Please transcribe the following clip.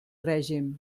règim